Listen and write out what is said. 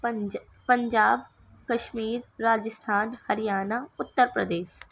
پنجا پنجاب کشمیر راجستھان ہریانہ اتر پردیش